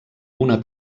una